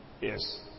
Yes